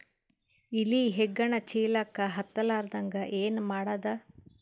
ಇಲಿ ಹೆಗ್ಗಣ ಚೀಲಕ್ಕ ಹತ್ತ ಲಾರದಂಗ ಏನ ಮಾಡದ?